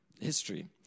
history